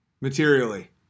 Materially